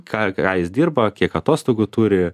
ką ką jis dirba kiek atostogų turi